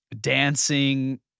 dancing